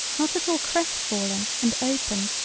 not at all crestfallen and open,